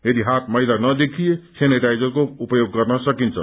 यदि हात मैला नदेखिए सेनेटाइजरको उपयोग गर्न सकिन्छ